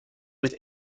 with